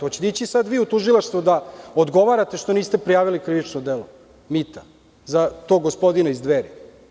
Hoćete ići sada vi u tužilaštvo da odgovarate što niste prijavili krivično delo mita za tog gospodina iz „Dveri“